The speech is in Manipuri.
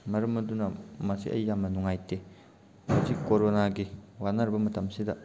ꯃꯔꯝ ꯑꯗꯨꯅ ꯃꯁꯤ ꯑꯩ ꯌꯥꯝꯅ ꯅꯨꯡꯉꯥꯏꯇꯦ ꯍꯧꯖꯤꯛ ꯀꯣꯔꯣꯅꯥꯒꯤ ꯋꯥꯅꯔꯕ ꯃꯇꯝꯁꯤꯗ